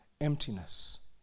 emptiness